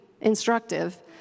instructive